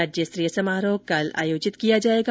राज्य स्तरीय समारोह कल आयोजित किया जाएगा